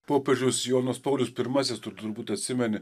popiežius jonas paulius pirmasis tu turbūt atsimeni